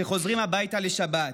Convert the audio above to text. שחוזרים הביתה לשבת,